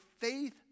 faith